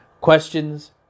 Questions